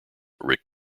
rick